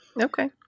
Okay